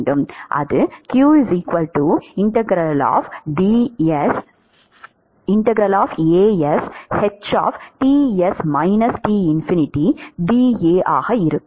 அது ஆக இருக்கும்